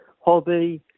hobby